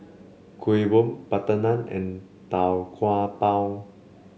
Kuih Bom butter naan and Tau Kwa Pau